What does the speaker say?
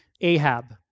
Ahab